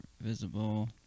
visible